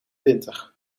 winter